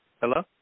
Hello